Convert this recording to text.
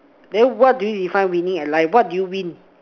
then what do you define winning at life what do you win